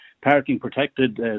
parking-protected